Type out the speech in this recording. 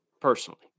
personally